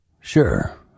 Sure